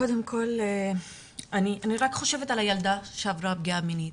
קודם כל אני רק חושבת על הילדה שעברה פגיעה מינית